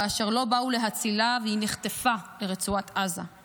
כאשר לא באו להצילה והיא נחטפה לרצועת עזה.